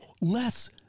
less